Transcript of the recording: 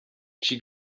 she